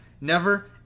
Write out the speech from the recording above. Never